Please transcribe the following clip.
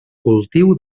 cultiu